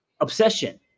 Obsession